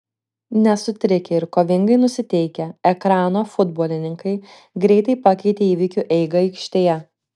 nesutrikę ir kovingai nusiteikę ekrano futbolininkai greitai pakeitė įvykių eigą aikštėje